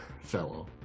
fellow